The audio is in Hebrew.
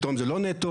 פתאום זה לא נטו.